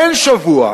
אין שבוע,